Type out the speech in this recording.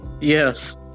Yes